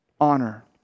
honor